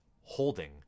holding